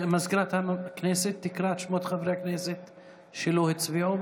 מזכירת הכנסת תקרא את שמות חברי הכנסת שלא הצביעו.